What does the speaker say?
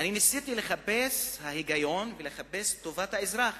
ניסיתי לחפש את ההיגיון ולחפש את טובת האזרח